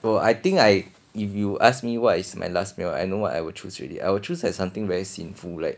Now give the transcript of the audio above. oh I think I if you ask me what is my last meal I know what I will choose already I will choose like something very sinful like